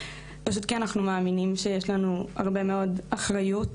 פשוט כי אנחנו מאמינים שיש לנו הרבה מאוד אחריות